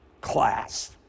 class